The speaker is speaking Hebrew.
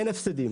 אין הפסדים,